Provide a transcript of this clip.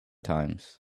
times